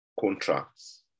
contracts